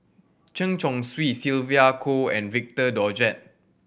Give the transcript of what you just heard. Chen Chong Swee Sylvia Kho and Victor Doggett